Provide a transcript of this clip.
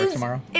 ah tomorrow?